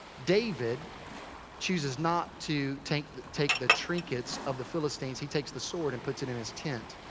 david chooses not to take the take the trinkets of the philistines. he takes the sword and puts it in his tent.